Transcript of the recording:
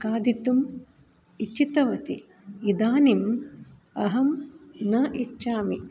खादितुम् इच्छिता इदानीम् अहं न इच्छामि